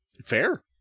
Fair